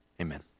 amen